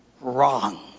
wrong